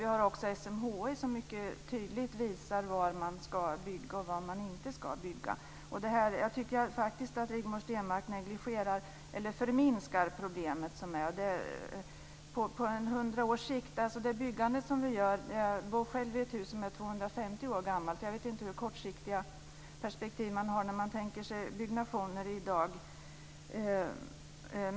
SMHI visar också mycket tydligt var man ska bygga och var man inte ska bygga. Jag tycker faktiskt att Rigmor Stenmark förminskar problemet. Jag bor själv i ett hus som är 250 år gammalt. Jag vet inte hur kortsiktiga perspektiv man har när man bygger i dag.